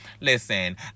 Listen